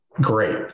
great